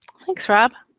thanks rob.